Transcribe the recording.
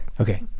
Okay